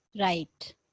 Right